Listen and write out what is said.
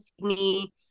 Sydney